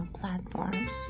platforms